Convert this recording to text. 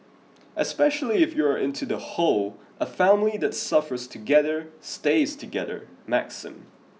especially if you are into the whole a family that suffers together stays together maxim